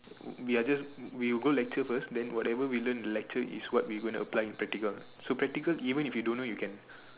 we are just we will go lecture first then whatever we learn in the lecture is what we gonna apply in practical so practical even if you don't know you can